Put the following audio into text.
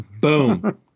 Boom